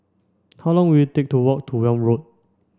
how long will it take to walk to Welm Road